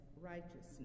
righteousness